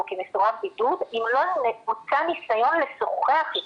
כמסורב בידוד אם לא בוצע ניסיון לשוחח איתו.